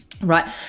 right